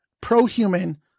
pro-human